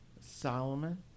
Solomon